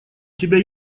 тебя